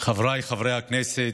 חבריי חברי הכנסת,